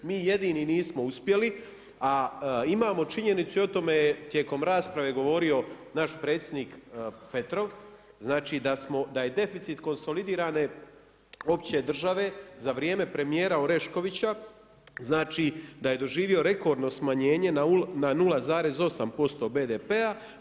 Mi jedini nismo uspjeli, a imamo činjenicu i o tome je tijekom rasprave je govorio, naš predsjednik Petrov, znači da je deficit konsolidirane opće države, za vrijeme premjera Oreškovića, znači da je doživio rekordno smanjenje na 0,8% BDP-a.